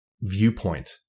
viewpoint